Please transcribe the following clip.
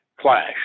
clash